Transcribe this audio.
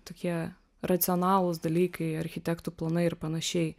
tokie racionalūs dalykai architektų planai ir panašiai